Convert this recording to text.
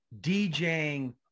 DJing